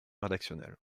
rédactionnels